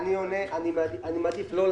אני מעדיף לא לענות.